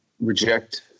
Reject